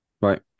Right